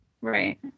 Right